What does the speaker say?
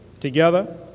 together